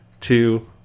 two